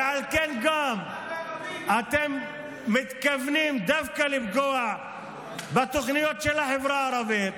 ועל כן גם אתם מתכוונים לפגוע דווקא בתוכניות של החברה הערבית,